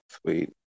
sweet